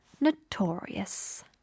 Notorious